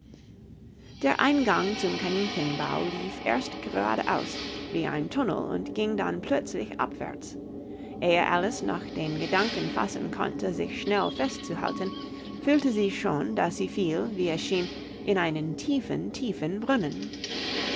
der eingang zum kaninchenbau lief erst geradeaus wie ein tunnel und ging dann plötzlich abwärts ehe alice noch den gedanken fassen konnte sich schnell festzuhalten fühlte sie schon daß sie fiel wie es schien in einen tiefen tiefen brunnen